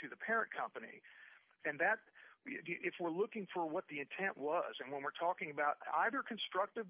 to the parent company and that if we're looking for what the intent was and when we're talking about either constructive